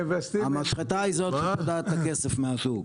המשחטה היא זאת שנתנה את הכסף מהשוק.